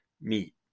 meet